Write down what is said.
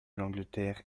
l’angleterre